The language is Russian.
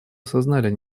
осознали